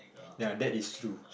and third third